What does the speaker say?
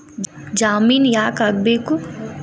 ಜಾಮಿನ್ ಯಾಕ್ ಆಗ್ಬೇಕು?